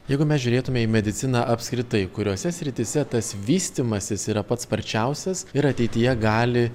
jeigu mes žiūrėtume į mediciną apskritai kuriose srityse tas vystymasis yra pats sparčiausias ir ateityje gali